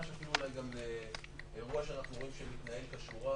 אולי אפילו אירוע שאנחנו רואים שמתנהל כשורה,